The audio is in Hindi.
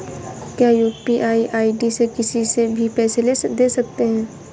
क्या यू.पी.आई आई.डी से किसी से भी पैसे ले दे सकते हैं?